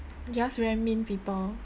just very mean people